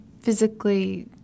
physically